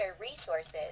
resources